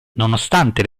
nonostante